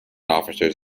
officers